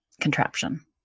contraption